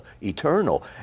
eternal